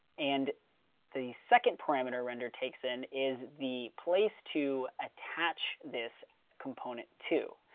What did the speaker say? and the second parameter render takes in is the place to attach this component to.